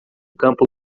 campo